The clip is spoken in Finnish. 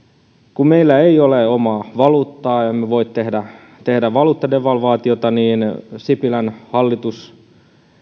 kun meillä ei ole omaa valuuttaa ja emme voi tehdä tehdä valuuttadevalvaatiota niin sipilän